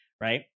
right